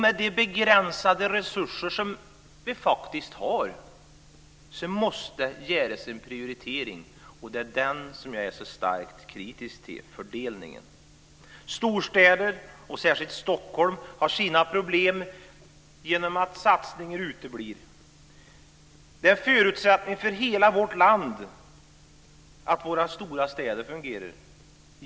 Med de begränsade resurser vi faktiskt har måste det göras en prioritering. Det är i fråga om den som jag är så starkt kritisk till fördelningen. Storstäder, och särskilt Stockholm, har sina problem genom att satsningar uteblir. Det är en förutsättning för hela vårt land att våra stora städer fungerar.